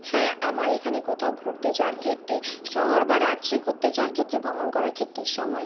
হ্যাঁ আমার এখানে কোথাও ঘুরতে যাওয়ার ক্ষেত্রে শহর বা রাজ্যে ঘুরতে যাওয়ার ক্ষেত্রে ভ্রমণ করার ক্ষেত্রে সময়